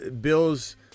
Bill's